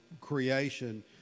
creation